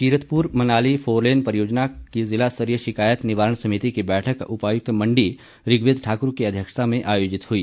Kiratpur Manali four lane परियोजना की जिलास्तरीय शिकायत निवारण समिति की बैठक उपायुक्त मंडी ऋगवेद ठाकुर की अध्यक्षता में आयोजित हुई